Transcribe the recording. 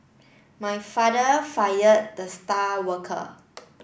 my father fired the star worker